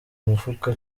mufuka